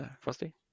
Frosty